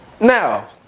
Now